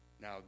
Now